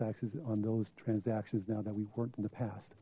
taxes on those transactions now that we've worked in the past